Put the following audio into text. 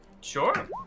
Sure